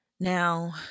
Now